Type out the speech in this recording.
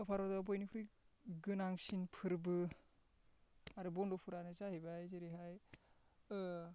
भारतआव बयनिफ्रायबो गोनांसिन फोरबो आरो बन्द'फोरानो जाहैबाय जेरैहाय ओ